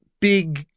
big